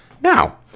Now